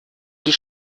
die